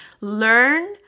Learn